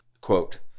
quote